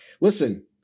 listen